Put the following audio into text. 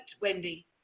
Wendy